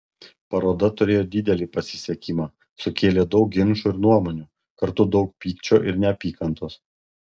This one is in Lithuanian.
paroda turėjo didelį pasisekimą sukėlė daug ginčų ir nuomonių kartu daug pykčio ir neapykantos